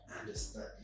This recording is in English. understand